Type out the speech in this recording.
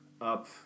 up